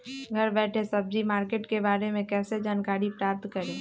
घर बैठे सब्जी मार्केट के बारे में कैसे जानकारी प्राप्त करें?